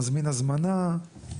מזמין הזמנה,